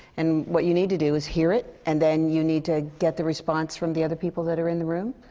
and what you need to do is hear it. and then you need to get the response from the other people that are in the room.